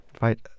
right